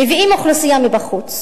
מביאים אוכלוסייה מבחוץ,